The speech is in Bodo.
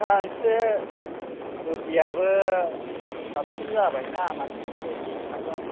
दा इसे बुदियाबो साबसिन जाबायना मानसिफ्रा बुदि ओंखारबाय